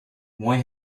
why